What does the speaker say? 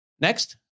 Next